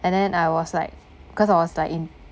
and then I was like cause I was like in